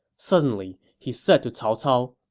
suddenly, he said to cao cao,